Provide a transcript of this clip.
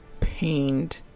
Pained